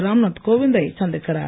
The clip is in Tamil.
ராம் நாத் கோவிந் தை சந்திக்கிறார்